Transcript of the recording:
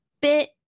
bit